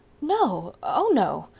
no, oh no,